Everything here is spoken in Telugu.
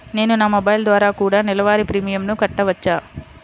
నేను నా మొబైల్ ద్వారా కూడ నెల వారి ప్రీమియంను కట్టావచ్చా?